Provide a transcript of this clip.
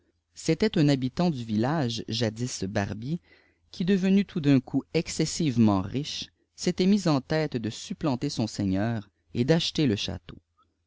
c'était lui habitant du village jadis barbier qui devenu tout d un coup excessivement riche s était mis en tête de supplanter son seigneur et d'acheter le château